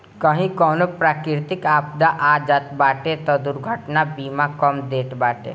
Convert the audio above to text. कही कवनो प्राकृतिक आपदा आ जात बाटे तअ दुर्घटना बीमा काम देत बाटे